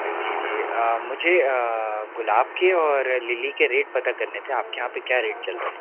जी जी मुझे गुलाब के और लिली के रेट पता करने थे आपके यहाँ पे क्या रेट चल रहें